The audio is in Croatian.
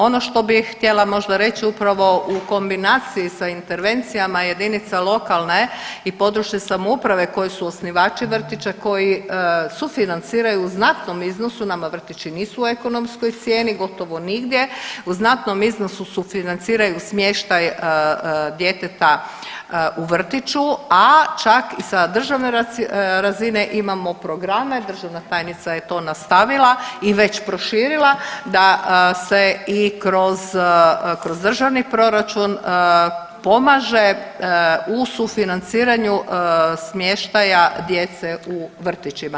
Ono što bi htjela možda reći upravo u kombinaciji sa intervencijama jedinica lokalne i područne samouprave koji su osnivači vrtića, koji sufinanciraju u znatnom iznosu nama vrtići nisu u ekonomskoj cijeni gotovo nigdje, u znatnom iznosu sufinanciraju smještaj djeteta u vrtiću, a čak i sa državne razine imamo programe, državna tajnica je to nastavila i već proširila da se i kroz državni proračun pomaže u sufinanciranju smještaja djece u vrtićima.